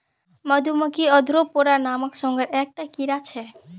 मधुमक्खी ओर्थोपोडा नामक संघेर एक टा कीड़ा छे